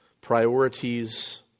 priorities